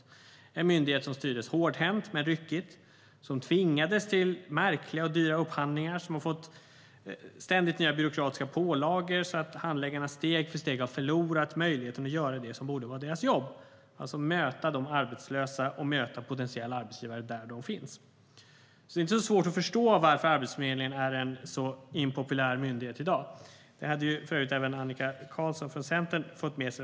Det är en myndighet som styrdes hårdhänt men ryckigt, som tvingades till märkliga och dyra upphandlingar, som ständigt har fått nya byråkratiska pålagor så att handläggarna steg för steg har förlorat möjligheten att göra det som borde vara deras jobb - att möta de arbetslösa och potentiella arbetsgivare där de finns. Det är inte svårt att förstå varför Arbetsförmedlingen är en så impopulär myndighet i dag. Det hade för övrigt även Annika Qarlsson från Centern fått med sig.